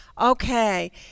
Okay